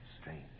strange